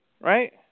Right